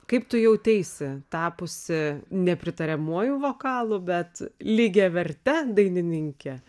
kaip tu jauteisi tapusi ne pritariamuoju vokalu bet lygiaverte dainininke